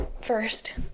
first